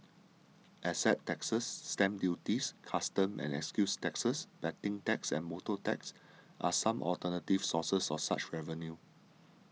asset taxes stamp duties customs and excise taxes betting taxes and motor taxes are some alternative sources of such revenue